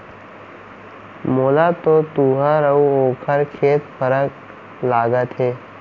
मोला तो तुंहर अउ ओकर खेत फरक लागत हे